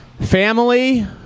family